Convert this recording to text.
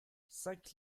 cinq